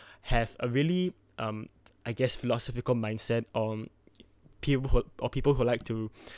have a really um I guess philosophical mindset on peo~ people who like to